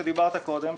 שעליה דיברת קודם,